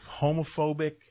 homophobic